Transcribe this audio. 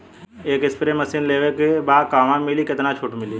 एक spray machine लेवे के बा कहवा मिली केतना छूट मिली?